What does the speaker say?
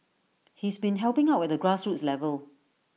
he's been helping out at the grassroots level